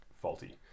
faulty